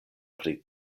pri